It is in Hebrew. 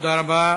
תודה רבה.